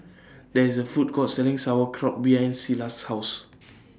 There IS A Food Court Selling Sauerkraut behind Silas' House